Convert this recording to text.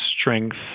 strength